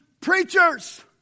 preachers